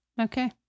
Okay